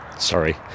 Sorry